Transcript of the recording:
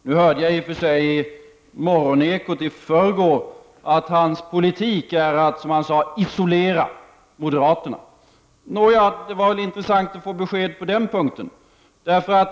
Nu hörde jag i och för sig i morgonekot i förrgår att statsministerns politik är att, som han sade, isolera moderaterna. Nåja, det var intressant att få besked på den punkten.